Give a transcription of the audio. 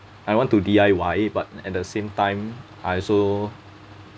I want to D_I_Y but at the same time I also